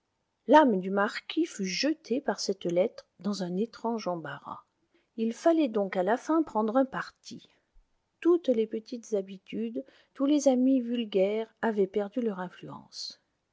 l'âme du marquis fut jetée par cette lettre dans un étrange embarras il fallait donc à la fin prendre un parti toutes les petites habitudes tous les amis vulgaires avaient perdu leur influence